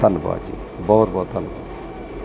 ਧੰਨਵਾਦ ਜੀ ਬਹੁਤ ਬਹੁਤ ਧੰਨਵਾਦ